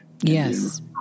Yes